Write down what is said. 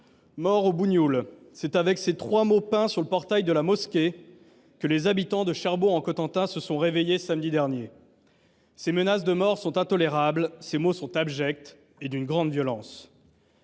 Mort aux bougnoules »: c’est avec ces trois mots peints sur le portail de la mosquée que les habitants de Cherbourg en Cotentin se sont réveillés samedi dernier. Ces menaces de mort sont intolérables. Ces mots sont abjects et d’une grande violence.